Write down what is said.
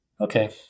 Okay